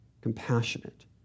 compassionate